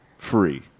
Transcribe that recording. free